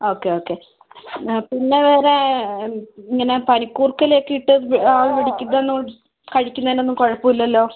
okay okay പിന്നെ വേറെ ഇങ്ങനെ പനികൂർക്കയില ഒക്കെയിട്ട് ആവി പിടിക്കുന്നതിനും കഴിക്കുന്നതിനും കുഴപ്പില്ലല്ലോ